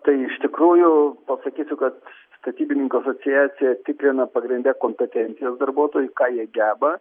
tai iš tikrųjų pasakysiu kad statybininkų asociacija tikrina pagrinde kompetencijas darbuotojų ką jie geba